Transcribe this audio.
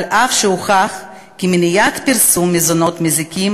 אף שהוכח כי מניעת פרסום מזונות מזיקים